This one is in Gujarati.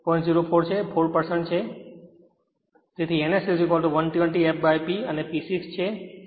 હવે n S120 fP અને P 6 છે